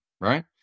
right